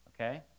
okay